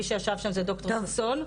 מי שישב שם זה ד"ר ששון,